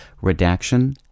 Redaction